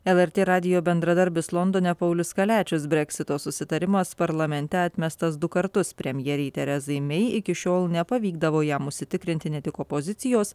lrt radijo bendradarbis londone paulius kaliačius breksito susitarimas parlamente atmestas du kartus premjerei terezai mei iki šiol nepavykdavo jam užsitikrinti ne tik opozicijos